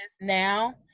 now